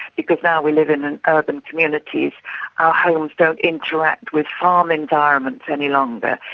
because now we live in and urban communities our homes don't interact with farm environments any longer.